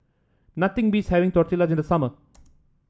nothing beats having Tortilla in the summer